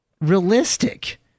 realistic